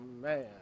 man